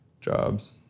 jobs